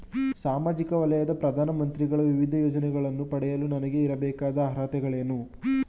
ಸಾಮಾಜಿಕ ವಲಯದ ಪ್ರಧಾನ ಮಂತ್ರಿಗಳ ವಿವಿಧ ಯೋಜನೆಗಳನ್ನು ಪಡೆಯಲು ನನಗೆ ಇರಬೇಕಾದ ಅರ್ಹತೆಗಳೇನು?